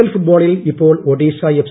L ഫുട്ബോളിൽ ഇപ്പോൾ ് ഒഡീഷ എഫ്